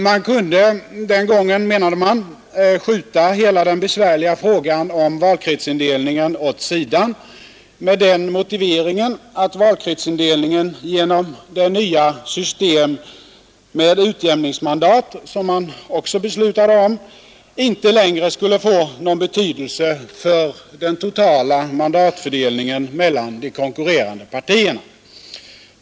Man kunde, menade man den gången, skjuta hela den besvärliga frågan om valkretsindelningen åt sidan med motiveringen att valkretsindelningen genom det nya system med utjämningsmandat, som man också beslutade om, inte längre skulle få någon betydelse för den totala mandatfördelningen mellan de konkurrerande partierna.